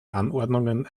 anordnungen